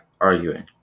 arguing